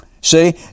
See